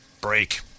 Break